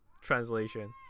translation